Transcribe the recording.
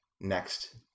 next